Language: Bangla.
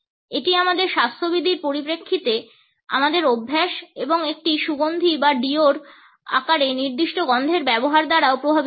এটি আমাদের স্বাস্থ্যবিধির পরিপ্রেক্ষিতে আমাদের অভ্যাস এবং একটি সুগন্ধি বা ডিও র আকারে একটি নির্দিষ্ট গন্ধের ব্যবহার দ্বারাও প্রভাবিত হয়